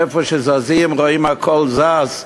איפה שזזים רואים הכול זז,